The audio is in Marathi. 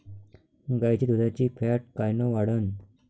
गाईच्या दुधाची फॅट कायन वाढन?